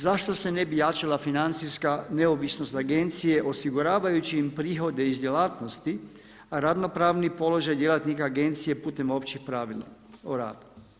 Zašto se ne bi jačala financijska neovisnost agencije osiguravajući im prihode iz djelatnosti, a ravnopravni položaj djelatnika agencije putem općih pravila o radu.